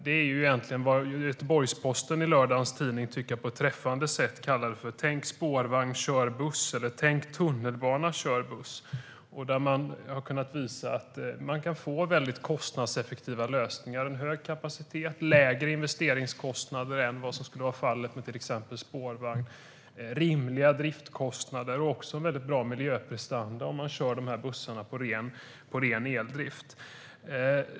Det är egentligen vad Göteborgs-Posten i lördagens tidning på ett, tycker jag, träffande sätt kallade "Tänk spårvagn, kör buss" eller "Tänk tunnelbana, kör buss". Man har kunnat visa att det går att få kostnadseffektiva lösningar med hög kapacitet och lägre investeringskostnader än vad som skulle vara fallet med till exempel spårvagn. Driftskostnaderna är rimliga, och miljöprestandan är väldigt bra om bussarna körs på ren eldrift.